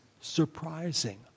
surprising